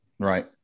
Right